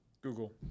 Google